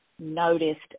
noticed